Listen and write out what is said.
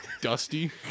Dusty